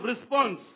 response